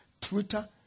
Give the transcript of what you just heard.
Twitter